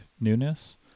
newness